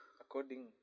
according